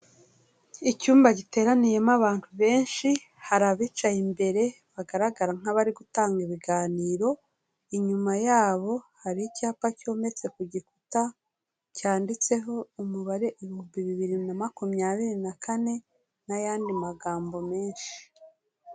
Icyumba giteraniyemo abantu benshi, hari abicaye imbere bagaragara nk'abari gutanga ibiganiro, inyuma yabo hari icyapa cyometse ku gikuta cyanditseho umubare ibihumbi bibiri na makumyabiri na kane n'ayandi magambo menshi.